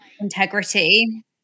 integrity